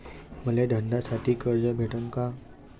मले धंद्यासाठी कर्ज भेटन का?